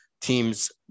teams